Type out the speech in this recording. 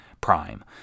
Prime